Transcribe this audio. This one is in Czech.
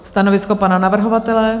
Stanovisko pana navrhovatele?